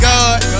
God